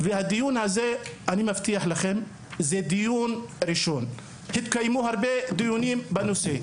ואני מבטיח לכם שעוד יתקיימו הרבה דיונים בנושא,